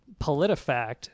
PolitiFact